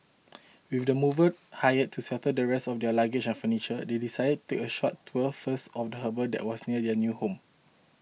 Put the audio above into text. with the mover hired to settle the rest of their luggage and furniture they decided to take a short tour first of the harbour that was near their new home